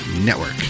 network